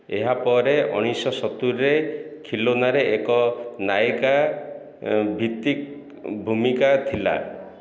ଏହା ପରେ ଉଣେଇଶି ଶହ ସତୁରିରେ ଖିଲୋନାରେ ଏକ ନାୟିକା ଭିତ୍ତିକ ଭୂମିକା ଥିଲା